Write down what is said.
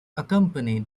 accompanied